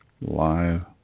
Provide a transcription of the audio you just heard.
live